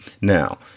now